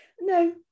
No